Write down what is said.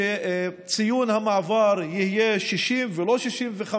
שציון המעבר יהיה 60 ולא 65,